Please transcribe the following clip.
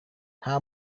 nta